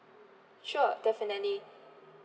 sure definitely